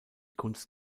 kunst